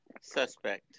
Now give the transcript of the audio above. suspect